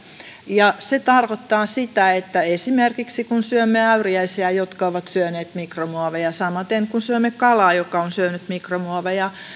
se tarkoittaa sitä että esimerkiksi kun syömme äyriäisiä jotka ovat syöneet mikromuoveja tai samaten kun syömme kalaa joka on syönyt mikromuoveja